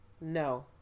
no